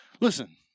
Listen